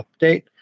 update